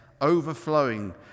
overflowing